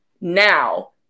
now